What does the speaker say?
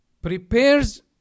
prepares